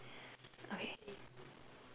okay